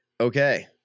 Okay